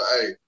hey